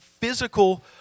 physical